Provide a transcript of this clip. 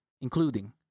including